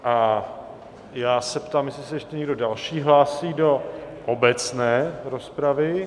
A já se ptám, jestli se ještě někdo další hlásí do obecné rozpravy.